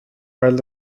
weil